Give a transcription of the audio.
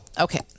okay